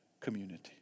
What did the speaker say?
community